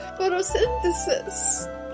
photosynthesis